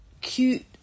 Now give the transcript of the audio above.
cute